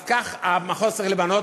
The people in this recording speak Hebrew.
אז כך המחוז צריך להיבנות.